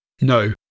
No